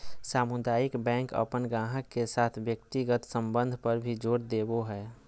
सामुदायिक बैंक अपन गाहक के साथ व्यक्तिगत संबंध पर भी जोर देवो हय